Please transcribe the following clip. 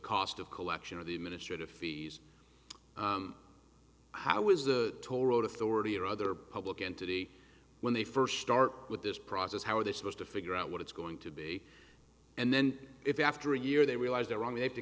cost of collection of the administrative fees how is the toll road authority or other public entity when they first start with this process how are they supposed to figure out what it's going to be and then if after a year they realize they're wrong they have to